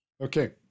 Okay